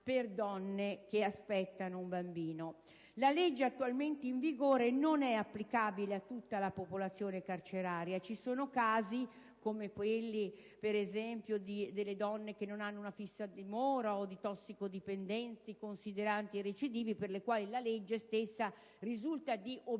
per donne che aspettano un bambino. La legge attualmente in vigore non è applicabile a tutta la popolazione carceraria. Ci sono casi, come quelli delle donne che non hanno una fissa dimora, o di tossicodipendenti considerati recidivi, per i quali la legge stessa risulta di obiettiva,